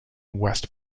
west